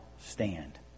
stand